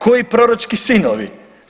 Koji proročki sinovi?